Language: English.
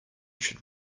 should